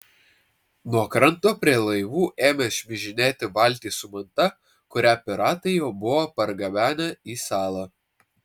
nuo kranto prie laivų ėmė šmižinėti valtys su manta kurią piratai jau buvo pergabenę į salą